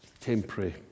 temporary